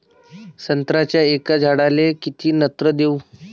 संत्र्याच्या एका झाडाले किती नत्र देऊ?